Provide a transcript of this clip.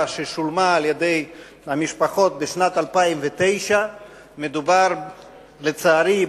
ששולמה על-ידי המשפחות בשנת 2009. לצערי,